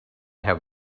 have